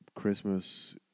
Christmas